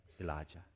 Elijah